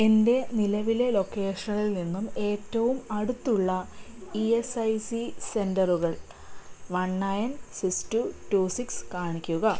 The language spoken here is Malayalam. എൻ്റെ നിലവിലെ ലൊക്കേഷനിൽ നിന്നും ഏറ്റവും അടുത്തുള്ള ഇ എസ് ഐ സി സെൻററുകൾ one nine six two two six കാണിക്കുക